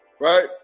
right